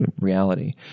reality